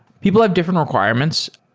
people have different requirements.